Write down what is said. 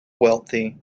wealthy